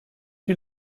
you